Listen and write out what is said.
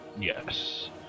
Yes